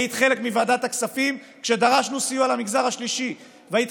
היית חלק מוועדת הכספים כשדרשנו סיוע למגזר השלישי והיית